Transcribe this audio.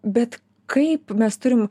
bet kaip mes turim